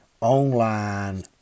online